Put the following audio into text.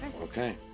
Okay